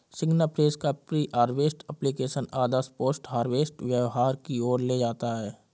सिग्नाफ्रेश का pre harvest application आदर्श post harvest व्यवहार की ओर ले जाता है